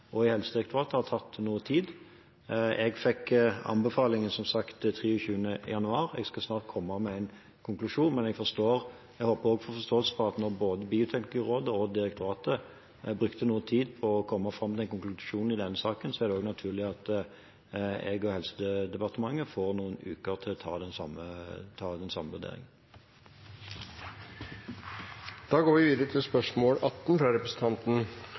og i Helsedirektoratet har tatt noe tid. Jeg fikk som sagt anbefalingen 23. januar. Jeg skal snart komme med en konklusjon, men jeg håper å få forståelse for at når både Bioteknologirådet og direktoratet brukte noe tid på å komme fram til en konklusjon i denne saken, er det naturlig at også jeg og Helse- og omsorgsdepartementet får noen uker på å